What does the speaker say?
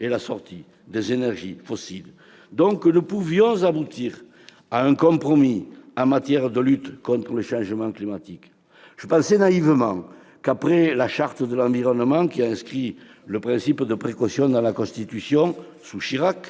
et la sortie des énergies fossiles, ... Nous aussi !... donc que nous pourrions aboutir à un compromis en matière de lutte contre le changement climatique. Je pensais naïvement qu'après la Charte de l'environnement inscrivant le principe de précaution dans la Constitution sous Chirac,